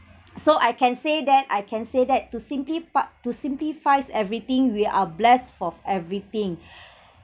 so I can say that I can say that to simplify to simplifies everything we are blessed of everything